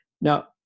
Now